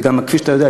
וגם כפי שאתה יודע,